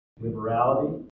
liberality